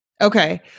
Okay